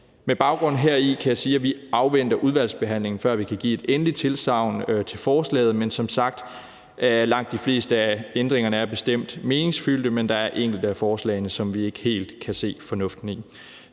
Med baggrund heri kan jeg sige, at vi afventer udvalgsbehandlingen, før vi kan give et endeligt tilsagn til forslaget, men som sagt er langt de fleste af ændringerne bestemt meningsfyldte. Der er dog enkelte af forslagene, som vi ikke helt kan se fornuften i.